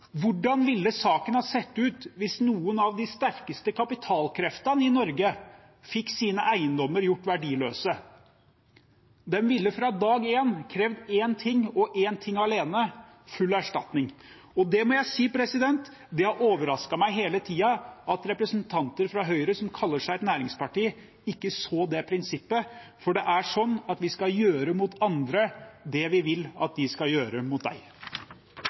hvordan ville saken sett ut hvis noen av de sterkeste kapitalkreftene i Norge fikk sine eiendommer gjort verdiløse? De ville fra dag én krevd én ting, og én ting alene: full erstatning. Og jeg må si det har overrasket meg hele tiden at representanter fra Høyre, som kaller seg et næringsparti, ikke så det prinsippet, for det er sånn at vi skal gjøre mot andre det vi vil at de skal gjøre mot